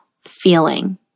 feeling